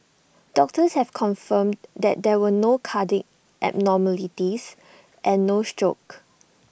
doctors have confirmed that there were no cardiac abnormalities and no stroke